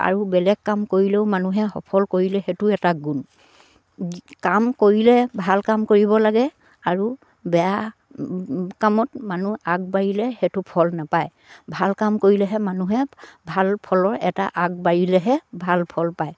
আৰু বেলেগ কাম কৰিলেও মানুহে সফল কৰিলে সেইটো এটা গুণ কাম কৰিলে ভাল কাম কৰিব লাগে আৰু বেয়া কামত মানুহ আগবাঢ়িলে সেইটো ফল নাপায় ভাল কাম কৰিলেহে মানুহে ভাল ফলৰ এটা আগবাঢ়িলেহে ভাল ফল পায়